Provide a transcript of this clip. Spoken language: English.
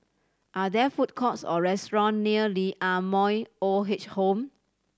are there food courts or restaurants near Lee Ah Mooi Old Age Home